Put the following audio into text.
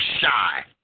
Shy